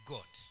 God